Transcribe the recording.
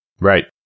Right